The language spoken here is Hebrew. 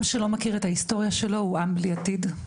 עם שלא מכיר את ההיסטוריה שלו הוא עם בלי עתיד.